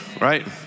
right